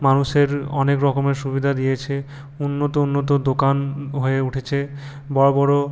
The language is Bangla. মানুষের অনেক রকমের সুবিধা দিয়েছে উন্নত উন্নত দোকান হয়ে উঠেছে বড় বড়